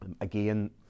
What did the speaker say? Again